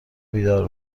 بیدار